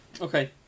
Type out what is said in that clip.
Okay